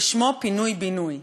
ושמו פינוי-בינוי.